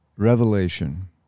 Revelation